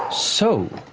so